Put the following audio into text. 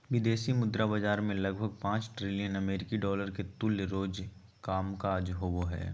विदेशी मुद्रा बाजार मे लगभग पांच ट्रिलियन अमेरिकी डॉलर के तुल्य रोज कामकाज होवो हय